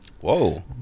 Whoa